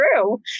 true